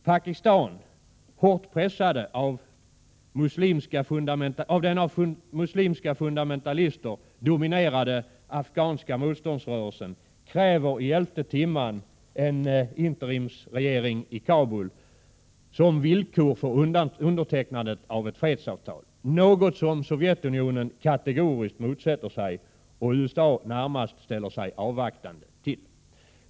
Pakistan — hårt pressat av den av muslimska fundamendalister dominerade afghanska motståndsrörelsen — kräver i elfte timmen en interimsregering i Kabul som villkor för undertecknandet av ett fredsavtal, något som Sovjetunionen kategoriskt motsätter sig och som USA närmast ställer sig avvaktande till.